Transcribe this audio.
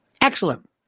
Excellent